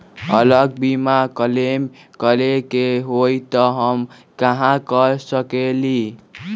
अगर बीमा क्लेम करे के होई त हम कहा कर सकेली?